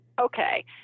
Okay